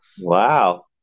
Wow